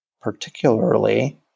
particularly